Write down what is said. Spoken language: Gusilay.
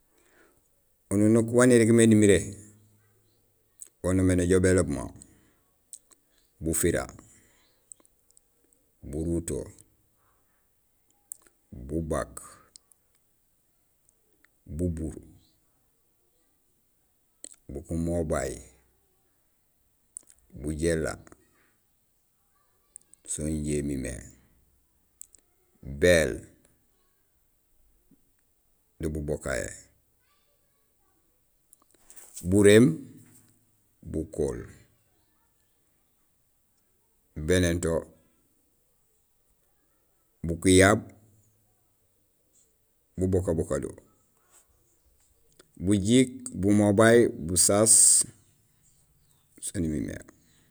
Ununuk wan irégmé nimiré wo noomé néjoow béloob ma: bufira, buruto, bubak, bubuur, bumobay, bujééla, son injéimimé, béél do bubokahé, buréém, bukool, bénéén to bugiyab bubokaboka do, bujiik, bumobay, busaas so nimi mé.